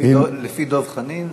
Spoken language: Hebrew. לפי דב חנין,